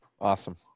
Awesome